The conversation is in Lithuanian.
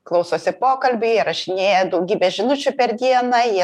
klausosi pokalbių jie rašinėja daugybę žinučių per dieną jie